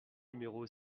numéro